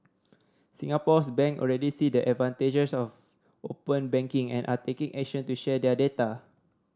Singapore's bank already see the advantages of open banking and are taking action to share their data